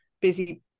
busy